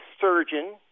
surgeon